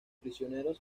prisioneros